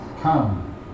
come